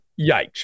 yikes